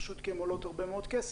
פשוט כי הן עולות הרבה מאוד כסף.